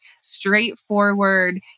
straightforward